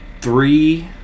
three